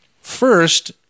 first